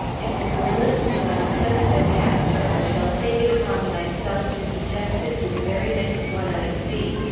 if the guerrillas do not attempt their capture, i shall take it upon myself to suggest it to the very next one i see.